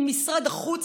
עם משרד החוץ,